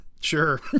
sure